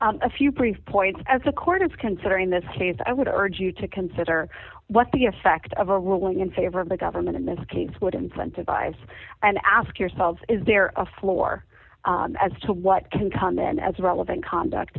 honor a few brief points as the court is considering this case i would urge you to consider what the effect of a ruling in favor of the government in this case would incentivize and ask yourselves is there a floor as to what can come in as relevant conduct